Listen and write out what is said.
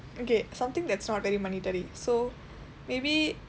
okay something that's not monetary so maybe